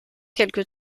quelque